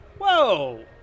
Whoa